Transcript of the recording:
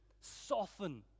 soften